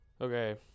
okay